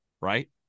right